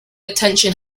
attention